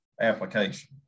application